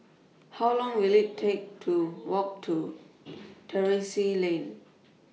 How Long Will IT Take to Walk to Terrasse Lane